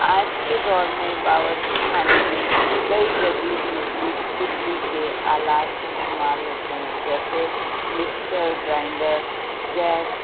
آج کے دور میں باورچی خانے میں کئی جدید بجلی بجلی کے آلات استعمال ہوتے ہیں جیسے مکسچر گرائنڈر گیس